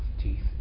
Teeth